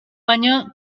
baino